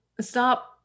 Stop